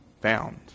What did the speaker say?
found